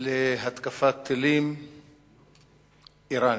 להתקפת טילים אירנית.